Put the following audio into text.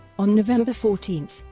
on november fourteen,